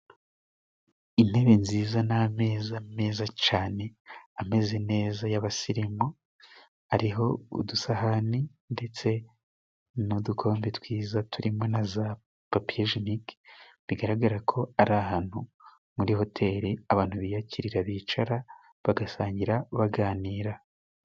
Intebe nziza n' ameza meza cane ameze neza y'abasirimu, ariho udusahani ndetse n'udukombe twiza turimo na za papiyejenike. Bigaragara ko ari ahantu muri hoteli abantu biyakirira, bicara bagasangira baganira.